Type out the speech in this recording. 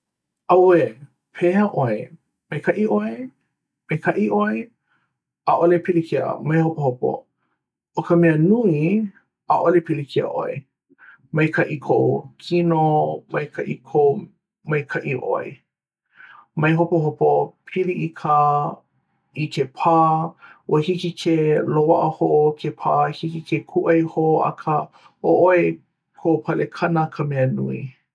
auwē! pehea ʻoe? maikaʻi ʻoe? maikaʻi ʻoe? ʻaʻale pillikia mai hopohopo! ʻo ka mea nui ʻaʻale pilikia ʻoe. maikaʻi kou kino, maikaʻi kou maikaʻi ʻoe mai hopohopo pili i ka i ke pā ua hiki ke loaʻa hou ke pā hiki ke kūʻai hou akā ʻo ʻoe kou palekana ka mea nui